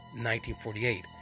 1948